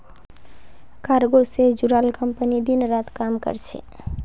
cargo से जुड़ाल company दिन रात काम कर छे